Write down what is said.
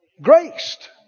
Graced